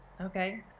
Okay